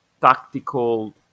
tactical